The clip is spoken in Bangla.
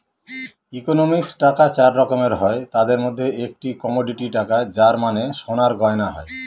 ইকোনমিক্সে টাকা চার রকমের হয় তাদের মধ্যে একটি কমোডিটি টাকা যার মানে সোনার গয়না হয়